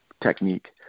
technique